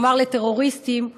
כלומר לטרוריסטים,